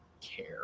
care